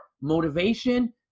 motivation